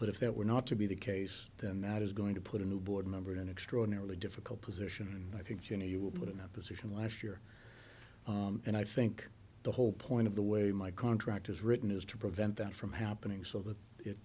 but if that were not to be the case then that is going to put a new board member in extraordinarily difficult position and i think you know you will put in a position last year and i think the whole point of the way my contract is written is to prevent that from happening so that i